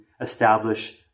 establish